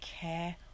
care